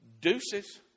deuces